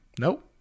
Nope